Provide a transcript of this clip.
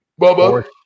Bubba